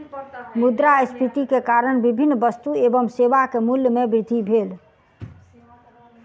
मुद्रास्फीति के कारण विभिन्न वस्तु एवं सेवा के मूल्य में वृद्धि भेल